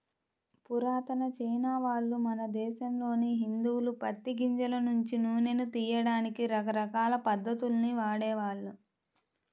పురాతన చైనావాళ్ళు, మన దేశంలోని హిందువులు పత్తి గింజల నుంచి నూనెను తియ్యడానికి రకరకాల పద్ధతుల్ని వాడేవాళ్ళు